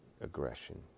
aggression